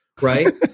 Right